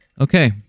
Okay